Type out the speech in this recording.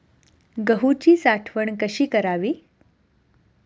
गहूची साठवण कशी करावी?